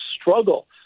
struggle